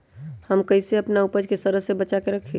हम कईसे अपना उपज के सरद से बचा के रखी?